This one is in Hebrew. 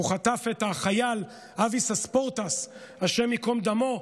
הוא חטף את החייל אבי סספורטס, השם ייקום דמו,